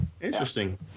interesting